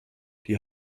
die